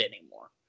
anymore